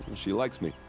she likes me.